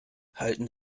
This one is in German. halten